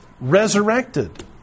resurrected